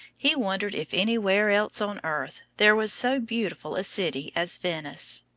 he wondered if anywhere else on earth there was so beautiful a city as venice.